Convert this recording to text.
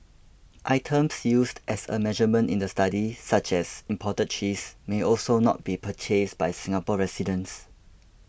items used as a measurement in the study such as imported cheese may also not be purchased by Singapore residents